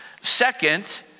Second